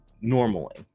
normally